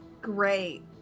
Great